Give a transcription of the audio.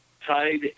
tied